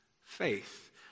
faith